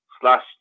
slash